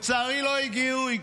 לצערי, לא הגיעו.